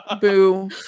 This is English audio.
Boo